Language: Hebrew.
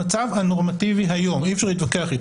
המצב הנורמטיבי היום, אי-אפשר להתווכח איתו.